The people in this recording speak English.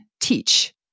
teach